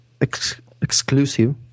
exclusive